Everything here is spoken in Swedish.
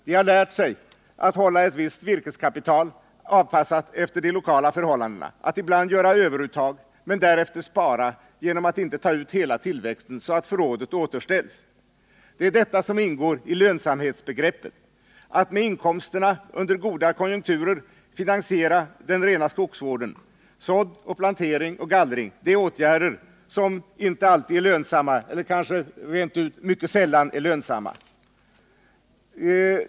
De har lärt sig att hålla ett visst virkeskapital avpassat efter de lokala förhållandena, att ibland göra överuttag men därefter spara genom att inte ta ut hela tillväxten för att därigenom återställa förrådet. Det är detta som ingår i lönsamhetsbegreppet, att med inkomsterna under goda konjunkturer finansiera den rena skogsvården. Sådd, plantering och gallring är åtgärder som inte alltid är lönsamma utan kanske rent av mycket sällan är lönsamma.